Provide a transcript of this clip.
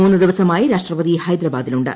മുന്നു ദിവസമായി രാഷ്ട്രപതി ഹൈദരാബാദിലുണ്ട്